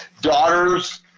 daughter's